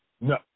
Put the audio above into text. No